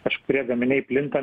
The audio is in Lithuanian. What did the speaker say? kažkurie gaminiai plinta